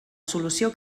solució